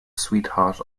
sweetheart